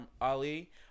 Ali